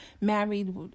married